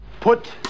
Put